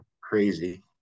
crazy